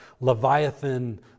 Leviathan